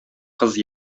кыз